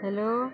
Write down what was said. hello